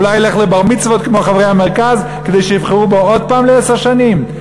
אולי ללכת לבר-מצוות כמו חברי המרכז כדי שיבחרו בו עוד פעם לעשר שנים?